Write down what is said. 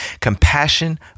compassion